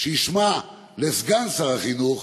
שישמע לסגן שר החינוך,